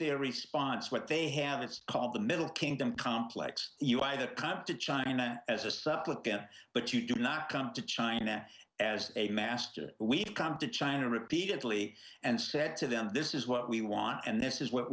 their response what they had it's called the middle kingdom complex you either come to china as a sub look at but you do not come to china as a master we've come to china repeatedly and said to them this is what we want and this is what